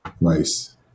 Nice